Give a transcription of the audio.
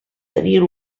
tenien